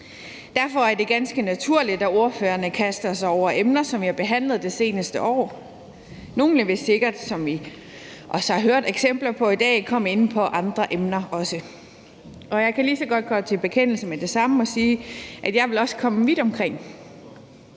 Derfor er det ganske naturligt, at ordførerne kaster sig over emner, som er behandlet det seneste år. Nogle vil sikkert, som vi også har hørt eksempler på i dag, komme ind på andre emner også. Og jeg kan lige så godt gå til bekendelse med det samme og sige, at jeg også vil komme vidt omkring.